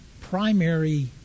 primary